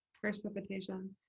Precipitation